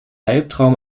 albtraum